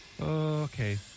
Okay